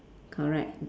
correct